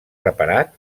reparat